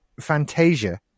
Fantasia